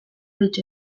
beach